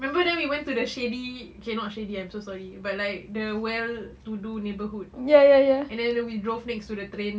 remember then we went to the shady okay not shady I'm so sorry but like the well-to-do neighbourhood and then we drove next to the train